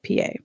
PA